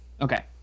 Okay